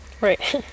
Right